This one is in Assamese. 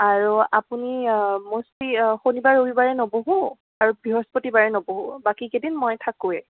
আৰু আপুনি ম'ষ্টলি শনিবাৰে ৰবিবাৰে নবহোঁ আৰু বৃহস্পতিবাৰে নবহোঁ বাকী কেইদিন মই থাকোৱে